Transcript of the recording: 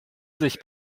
sich